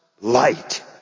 light